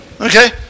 Okay